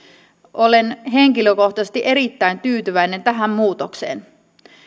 olen henkilökohtaisesti erittäin tyytyväinen tähän muutokseen